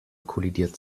kollidiert